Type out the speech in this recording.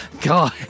God